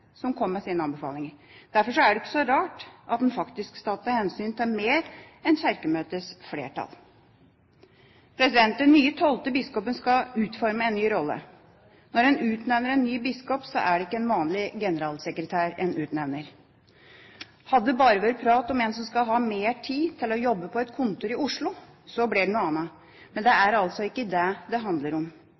kom med sine anbefalinger. Derfor er det ikke så rart at en faktisk skal ta hensyn til mer enn Kirkemøtets flertall. Den nye tolvte biskopen skal utforme en ny rolle. Når en utnevner en ny biskop, er det ikke en vanlig generalsekretær en utnevner. Hadde det bare vært prat om en som skal ha mer tid til å jobbe på et kontor i Oslo, blir det noe annet. Men det er altså ikke det det handler om.